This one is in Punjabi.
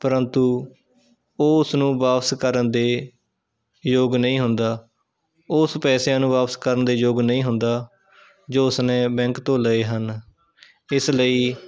ਪ੍ਰੰਤੂ ਉਹ ਉਸਨੂੰ ਵਾਪਸ ਕਰਨ ਦੇ ਯੋਗ ਨਹੀਂ ਹੁੰਦਾ ਉਸ ਪੈਸਿਆਂ ਨੂੰ ਵਾਪਿਸ ਕਰਨ ਦੇ ਯੋਗ ਨਹੀਂ ਹੁੰਦਾ ਜੋ ਉਸ ਨੇ ਬੈਂਕ ਤੋਂ ਲਏ ਹਨ ਇਸ ਲਈ